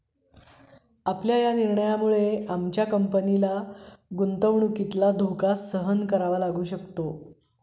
आपल्या या निर्णयामुळे आमच्या कंपनीला गुंतवणुकीचा धोका सहन करावा लागू शकतो